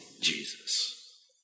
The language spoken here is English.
Jesus